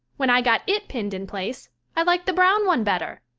when i got it pinned in place i liked the brown one better.